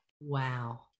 Wow